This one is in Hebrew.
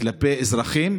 כלפי האזרחים.